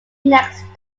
next